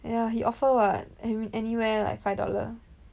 yah he offer what he anywhere like five dollar